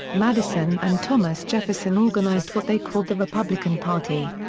madison and thomas jefferson organized what they called the republican party.